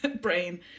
brain